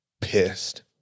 pissed